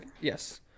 Yes